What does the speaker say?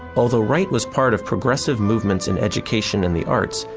although wright was part of progressive's movements in education and the arts,